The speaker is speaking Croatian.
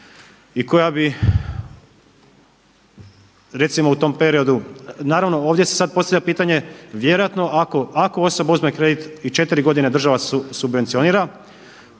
i koja bi recimo u tom periodu, naravno ovdje se sada postavlja pitanje vjerojatno ako osoba uzme kredit i četiri godine država subvencionira